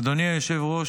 אדוני היושב-ראש,